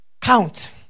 count